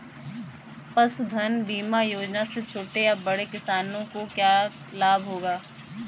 पशुधन बीमा योजना से छोटे या बड़े किसानों को क्या लाभ होगा?